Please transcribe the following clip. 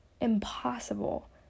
impossible